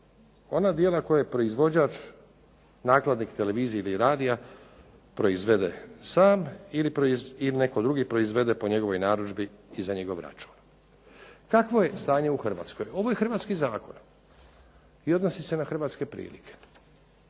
ona djela koje proizvođač, nakladnik televizije ili radija proizvede sam ili netko drugi proizvede po njegovoj narudžbi i za njegov račun. Takvo je stanje u Hrvatskoj. Ovo je hrvatski zakon i odnosi se na hrvatske prilike.